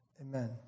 amen